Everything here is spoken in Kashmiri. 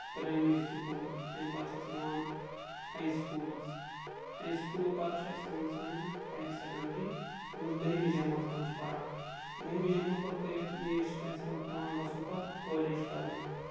پریمری سکوٗل تَمہِ پَتہٕ چھُ اَسہِ یِوان ہاے سکوٗلٕز ہاے سکوٗلو پَتہٕ چھُ اسہِ یِوان سانہِ ہایر سیٚکنڈری یَتھ منٛز بٔہمہِ جَمٲژ تانۍ چھِ پَران بٔہمہِ جمٲژ پَتہٕ پٔرِتھ نیٖرِتھ چھُ پَتہٕ چھُ پیٚوان اَسہِ پَتہٕ کالج پَرنہِ